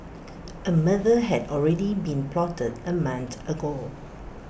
A murder had already been plotted A month ago